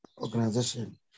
organization